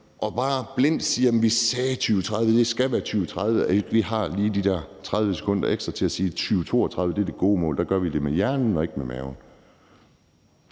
og bare blindt siger, at vi sagde 2030, og det skal være 2030, så vi ikke lige har de der 30 sekunder ekstra til at sige, at 2032 er det gode mål, for der gør vi det med hjernen og ikke med maven.